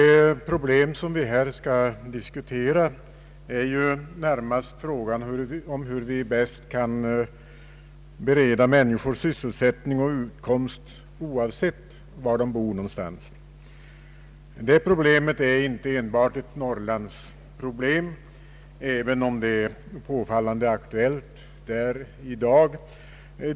Det problem som vi här skall diskutera är ju närmast frågan om hur vi bäst kan bereda människor sysselsättning och utkomst, oavsett var de bor. Det problemet är inte enbart ett Norrlandsproblem — även om det är påfallande aktuellt där i dag.